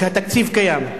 שהתקציב קיים,